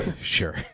Sure